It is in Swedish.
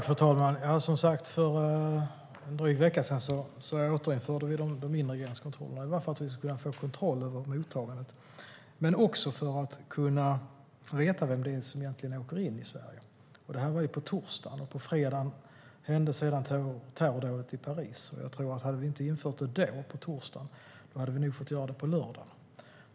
Fru talman! För en dryg vecka sedan återinförde vi som sagt de inre gränskontrollerna. Det var för att kunna få kontroll över mottagandet men också för att kunna veta vilka det är som åker in Sverige. Det här var på torsdagen, och på fredagen hände terrordådet i Paris. Hade vi inte infört det då, på torsdagen, hade vi nog fått göra det på lördagen.